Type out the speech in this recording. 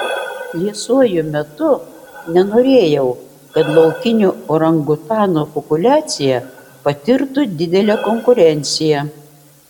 liesuoju metu nenorėjau kad laukinių orangutanų populiacija patirtų didelę konkurenciją